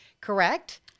correct